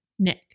Nick